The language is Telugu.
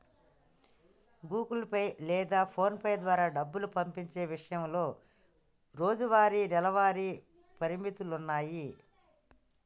గుగుల్ పే లేదా పోన్పే ద్వారా డబ్బు పంపించే ఇషయంలో రోజువారీ, నెలవారీ పరిమితులున్నాయి